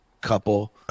couple